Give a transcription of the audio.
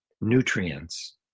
nutrients